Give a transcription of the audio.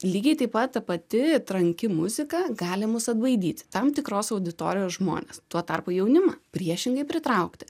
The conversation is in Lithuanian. lygiai taip pat ta pati tranki muzika gali mus atbaidyti tam tikros auditorijos žmones tuo tarpu jaunimą priešingai pritraukti